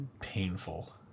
painful